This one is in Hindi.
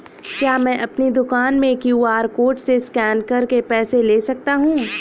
क्या मैं अपनी दुकान में क्यू.आर कोड से स्कैन करके पैसे ले सकता हूँ?